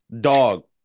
Dog